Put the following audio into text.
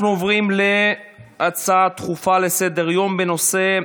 אנחנו עוברים להצעות דחופות לסדר-היום בנושא: